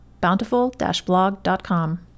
bountiful-blog.com